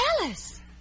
Alice